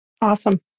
Awesome